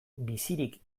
bizirik